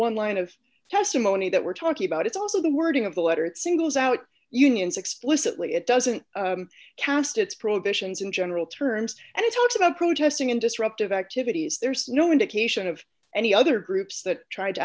one line of testimony that we're talking about it's also the wording of the letter that singles out unions explicitly it doesn't cast its prohibitions in general terms and it talks about protesting in disruptive activities there's no indication of any other groups that tried to